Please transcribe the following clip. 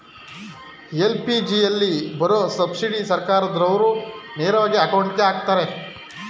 ಎಲ್.ಪಿ.ಜಿಯಲ್ಲಿ ಬರೋ ಸಬ್ಸಿಡಿನ ಸರ್ಕಾರ್ದಾವ್ರು ನೇರವಾಗಿ ಅಕೌಂಟ್ಗೆ ಅಕ್ತರೆ